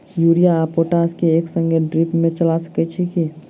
Urea आ potash केँ एक संगे ड्रिप मे चला सकैत छी की?